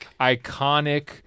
Iconic